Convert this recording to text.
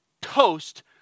toast